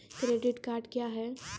Credit card क्या हैं?